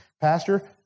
pastor